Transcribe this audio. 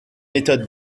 méthode